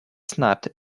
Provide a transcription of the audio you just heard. snapped